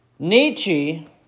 Nietzsche